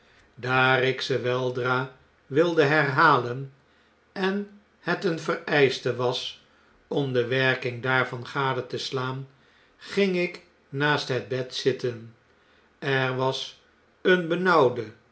daar ik ze weldra wilde herhalen en het een vereischte was om de werking daarvan gade te slaan ging ik naast het bed zitten er was eene